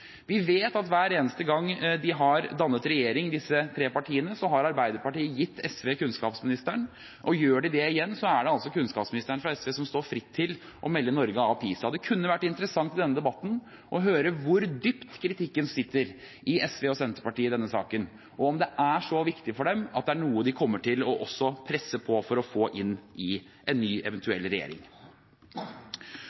Vi vet at hver eneste gang disse tre partiene har dannet regjering, har Arbeiderpartiet gitt SV kunnskapsministeren, og gjør de det igjen, er det altså kunnskapsministeren fra SV som står fritt til å melde Norge av PISA. Det kunne i denne debatten vært interessant å høre hvor dypt kritikken i SV og i Senterpartiet sitter i denne saken, og om det er så viktig for dem at det er noe de også kommer til å presse på for å få inn i en eventuell ny